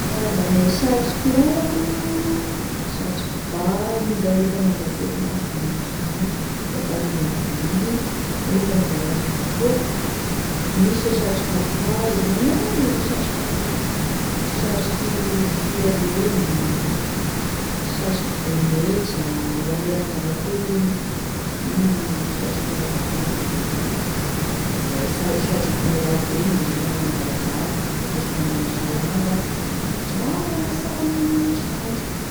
Karazane satroky lalako, satroky ba, igny zao lefa mangaseky gn'andro da magnisy an'igny, lafa harivariva igny na lefa mivoyage avao koa, misy e satroky apaha, gn'aminay agny moa e misy an'io, satroky rofia regny, satroky bonetra, ho ane rangaha koa igny, igny satroky mihazahaza igny, da izay sa satroky be ravy regny indesinao manao bazary, indesinao manasa lamba, miaro anao sara ame gn'ame masoandro.